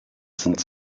sind